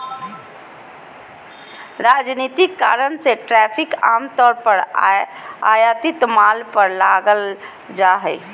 राजनीतिक कारण से टैरिफ आम तौर पर आयातित माल पर लगाल जा हइ